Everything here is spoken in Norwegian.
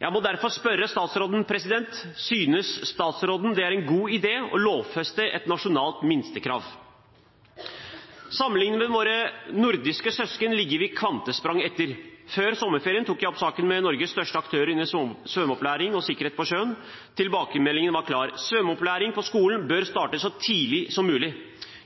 Jeg må derfor spørre statsråden: Synes statsråden det er en god idé å lovfeste et nasjonalt minstekrav? Sammenlignet med våre nordiske søsken ligger vi kvantesprang etter. Før sommerferien tok jeg opp saken med Norges største aktører innen svømmeopplæring og sikkerhet på sjøen. Tilbakemeldingen var klar: Svømmeopplæringen på skolen bør starte så tidlig som mulig.